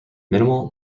minimal